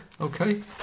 okay